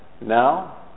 now